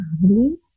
family